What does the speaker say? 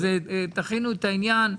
אז תכינו את העניין.